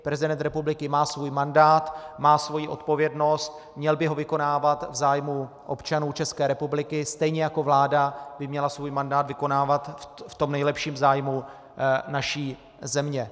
Prezident republiky má svůj mandát, má svoji odpovědnost, měl by ho vykonávat v zájmu občanů České republiky, stejně jako vláda by měla svůj mandát vykonávat v tom nejlepším zájmu naší země.